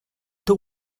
two